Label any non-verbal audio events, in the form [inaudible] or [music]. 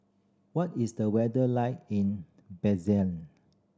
what is the weather like in [unintelligible]